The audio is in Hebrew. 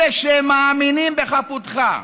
אלה שמאמינים בחפותך,